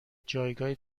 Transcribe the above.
جایگاه